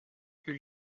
eut